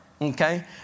Okay